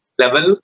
level